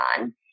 on